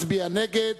מצביע נגד.